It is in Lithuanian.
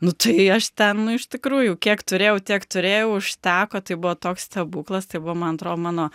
nu tai aš ten nu iš tikrųjų kiek turėjau tiek turėjau užteko tai buvo toks stebuklas tai buvo man atrodo mano